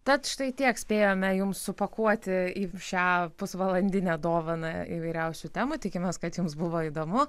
tad štai tiek spėjome jums supakuoti į šią pusvalandinę dovaną įvairiausių temų tikimės kad jums buvo įdomu